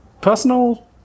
personal